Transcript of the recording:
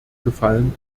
gefallen